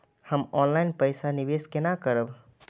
हम ऑनलाइन पैसा निवेश केना करब?